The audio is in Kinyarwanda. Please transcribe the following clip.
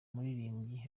muririmbyi